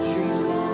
Jesus